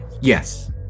yes